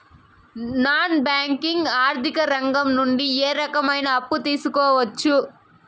Non banking ఆర్థిక రంగం నుండి ఏ రకమైన అప్పు తీసుకోవచ్చు?